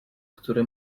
który